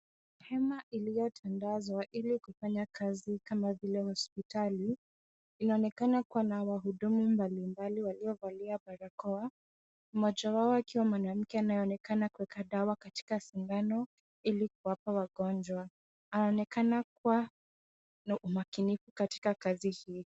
Hema iliyotandazwa ili kufanya kazi kama vile hospitali, inaonekana kuwa na wahudumu mbalimbali waliovalia barakoa macho wao akiwa mwanamke anaonekana akiweka dawa katika sindano ili kuwapa wagonjwa. Anaonekana kuwa na umakinifu katika kazi hii.